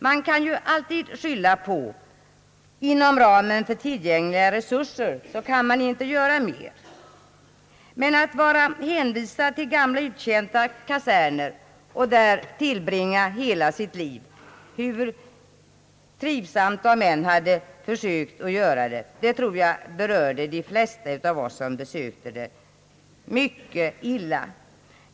Man kan ju alltid skylla på att det inom ramen för tillgängliga resurser inte kan göras mer. Men den omständigheten att de utvecklingsstörda var hänvisade till gamla uttjänta kaserner och där måste tillbringa hela sitt liv — hur trivsamt man än hade försökt göra det hela — berörde de flesta av oss som deltog i besöket mycket illa.